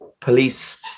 police